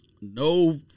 No—